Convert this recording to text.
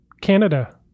Canada